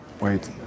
wait